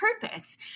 purpose